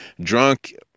drunk